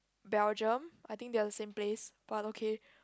Belgium I think they are the same place but okay